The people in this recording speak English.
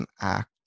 act